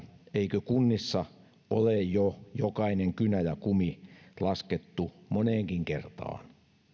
epäilettekö etteikö kunnissa ole jo jokainen kynä ja kumi laskettu moneenkin kertaan